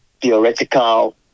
theoretical